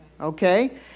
okay